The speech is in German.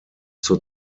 zur